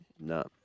no